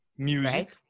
music